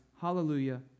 hallelujah